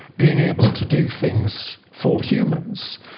being able to do things for humans,